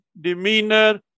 demeanor